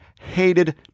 hated